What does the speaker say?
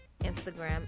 instagram